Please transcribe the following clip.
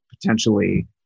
potentially